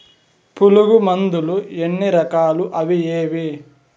పులుగు మందులు ఎన్ని రకాలు అవి ఏవి?